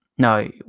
No